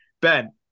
Ben